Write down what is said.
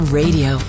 radio